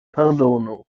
pardonu